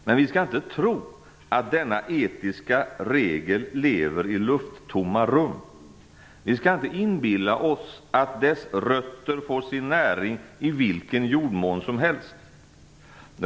Men vi skall inte tro att denna etiska regel lever i lufttomma rum. Vi skall inte inbilla oss att dess rötter får sin näring i vilken jordmån som helst.